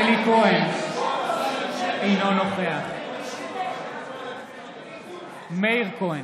אינו נוכח מאיר כהן,